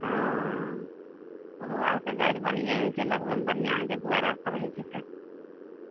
हँ ओकरो आरके गाछ बढ़िएँ हय छै लगबैमे बढ़िआँ हय छै दुआरि आर पर रहै छै तऽ